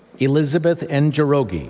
elizabeth and njoroge,